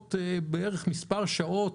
לרבות מספר שעות,